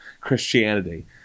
Christianity